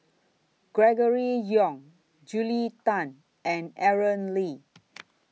Gregory Yong Julia Tan and Aaron Lee